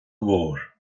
mhór